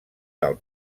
del